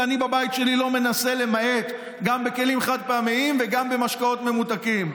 ואני בבית שלי מנסה למעט גם בכלים חד-פעמיים וגם במשקאות ממותקים.